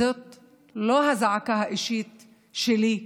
זאת לא הזעקה האישית שלי,